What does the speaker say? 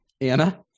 Anna